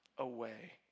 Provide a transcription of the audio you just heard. away